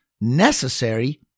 necessary